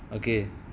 okay